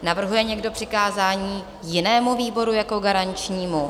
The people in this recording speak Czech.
Navrhuje někdo přikázání jinému výboru jako garančnímu?